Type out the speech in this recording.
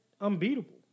unbeatable